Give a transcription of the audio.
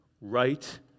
right